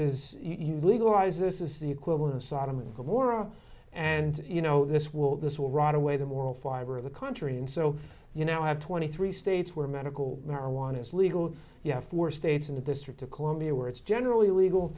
this is you legalize this is the equivalent of sodom and gomorrah and you know this will this will rot away the moral fiber of the country and so you now have twenty three states where medical marijuana is legal you have four states in the district of columbia where it's generally legal